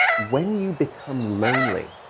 when you become lonely,